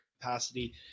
capacity